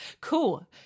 cool